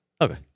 Okay